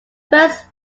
first